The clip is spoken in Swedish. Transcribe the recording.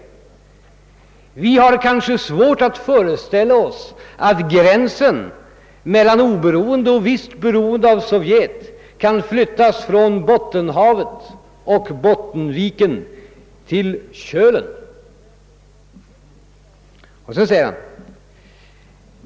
Vi har kanske svårt att föreställa oss att gränsen mellan oberoende och visst beroende av Sovjet kan flyttas från Bottenhavet och Bottenviken till Kölen.